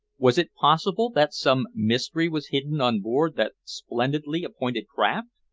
was it possible that some mystery was hidden on board that splendidly appointed craft?